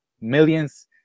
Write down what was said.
millions